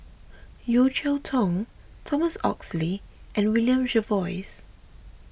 Yeo Cheow Tong Thomas Oxley and William Jervois